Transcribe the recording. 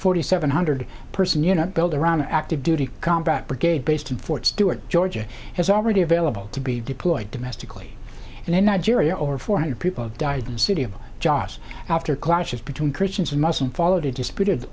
forty seven hundred person you not build around an active duty combat brigade based in fort stewart georgia is already available to be deployed domestically and in that jury or over four hundred people died in the city of jost after clashes between christians and muslims followed a disputed